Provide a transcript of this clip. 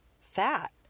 Fat